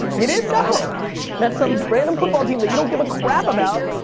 you didn't know that some random football team that you don't give a crap about,